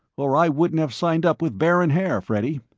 or i wouldn't have signed up with baron haer, freddy.